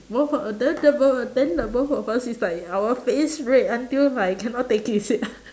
both of the the both of then the both of us is like our face red until like cannot take it is it